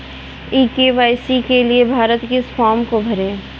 ई KYC के लिए किस फ्रॉम को भरें?